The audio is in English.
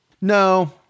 No